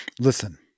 listen